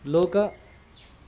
लोके